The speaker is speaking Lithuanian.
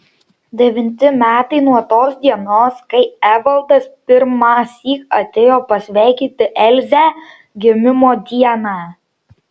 devinti metai nuo tos dienos kai evaldas pirmąsyk atėjo pasveikinti elzę gimimo dieną